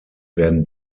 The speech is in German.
werden